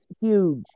huge